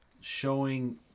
showing